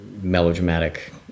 melodramatic